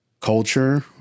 culture